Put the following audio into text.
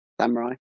samurai